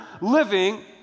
living